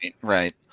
right